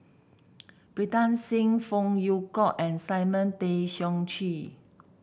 Pritam Singh Phey Yew Kok and Simon Tay Seong Chee